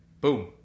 boom